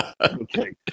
Okay